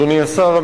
אדוני השר,